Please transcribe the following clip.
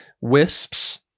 Wisps